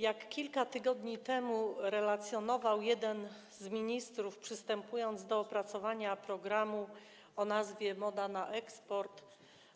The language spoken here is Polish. Jak kilka tygodni temu relacjonował jeden z ministrów, przystępując do opracowania programu o nazwie „Moda na eksport”,